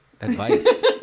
advice